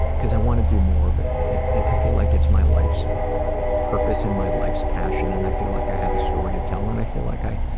cause i wanna do more of it. i feel like it's my life's purpose and my life's passion and i feel like i have a story to tell and i feel like i